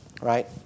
right